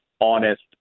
honest